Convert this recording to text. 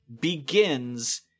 begins